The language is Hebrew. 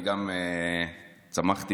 גם אני צמחתי